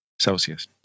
Celsius